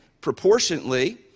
proportionately